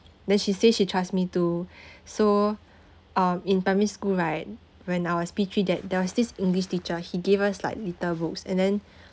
then she say she trust me too so um in primary school right when I was p three that there was this english teacher he gave us like little books and then